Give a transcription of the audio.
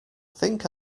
think